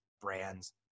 brands